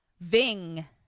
Ving